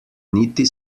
niti